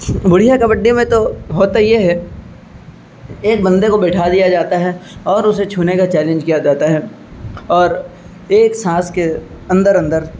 بڑھیا کبڈی میں تو ہوتا یہ ہے ایک بندے کو بٹھا دیا جاتا ہے اور اسے چھونے کا چیلنج کیا جاتا ہے اور ایک سانس کے اندر اندر